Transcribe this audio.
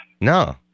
No